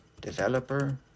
developer